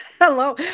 Hello